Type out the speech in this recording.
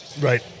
Right